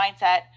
mindset